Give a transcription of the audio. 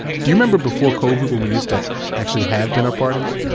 do you remember before covid when we used to actually have dinner parties?